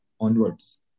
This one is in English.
onwards